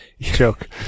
Joke